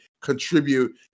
contribute